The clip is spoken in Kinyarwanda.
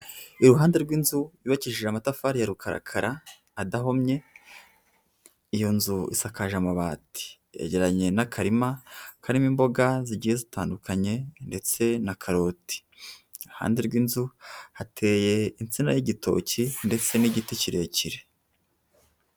Iruhande rw'inzu yubakishije amatafari ya rukarakara adahomye, iyo nzu isakaje amabati, yegeranye n'akarima karimo imboga zigiye zitandukanye ndetse na karoti, iruhande rw'inzu hateye insina y'igitoki ndetse n'igiti kirekire.